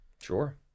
Sure